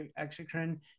exocrine